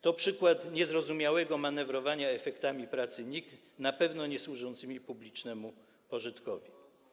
To przykład niezrozumiałego manewrowania efektami pracy NIK, na pewno niesłużącego publicznemu pożytkowi.